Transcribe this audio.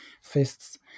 fists